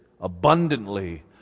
abundantly